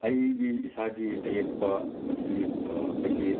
ꯑꯩꯒꯤ ꯏꯁꯥꯒꯤ ꯑꯌꯦꯛꯄ ꯃꯁꯤ ꯑꯩꯈꯣꯏꯒꯤ